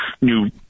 new